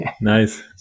Nice